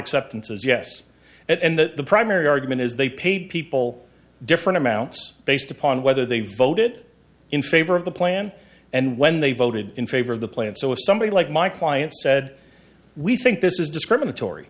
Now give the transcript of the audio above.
acceptances yes and that the primary argument is they pay people different amounts based upon whether they voted in favor of the plan and when they voted in favor of the plan so if somebody like my client said we think this is discriminatory